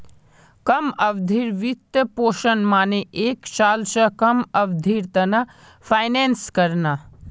कम अवधिर वित्तपोषण माने एक साल स कम अवधिर त न फाइनेंस करना